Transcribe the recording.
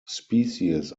species